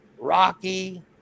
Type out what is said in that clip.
rocky